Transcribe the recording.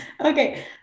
Okay